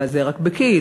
אבל זה רק כאילו,